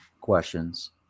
questions